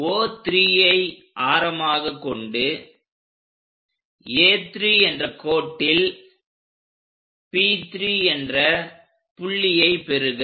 O3ஐ ஆரமாக கொண்டு A3 என்ற கோட்டில் P3 என்ற புள்ளியை பெறுக